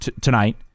tonight